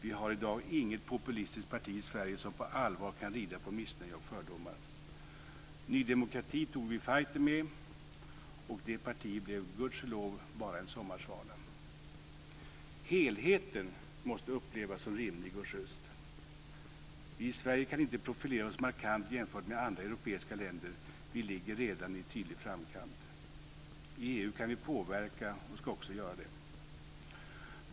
Vi har i dag inget populistiskt parti i Sverige som på allvar kan rida på missnöje och fördomar. Vi tog fajten med Ny demokrati, och det partiet blev gud ske lov bara en sommarsvala. Helheten måste upplevas som rimlig och schyst. Vi i Sverige kan inte profilera oss markant jämfört med andra europeiska länder. Vi ligger redan i tydlig framkant. I EU kan vi påverka och ska också göra det.